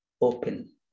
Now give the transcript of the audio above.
open